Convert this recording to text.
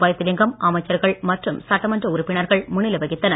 வைத்திலிங்கம் அமைச்சர்கள் மற்றும் சட்டமன்ற உறுப்பினர்கள் முன்னிலை வகித்தனர்